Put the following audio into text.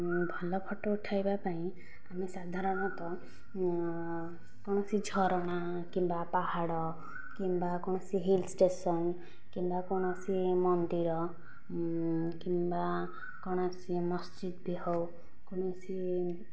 ଭଲ ଫଟୋ ଉଠାଇବା ପାଇଁ ଆମେ ସାଧାରଣତଃ କୌଣସି ଝରଣା କିମ୍ବା ପାହାଡ଼ କିମ୍ବା କୌଣସି ହିଲ୍ ଷ୍ଟେସନ୍ କିମ୍ବା କୌଣସି ମନ୍ଦିର କିମ୍ବା କୌଣସି ମସଜିଦ ହେଉ କୌଣସି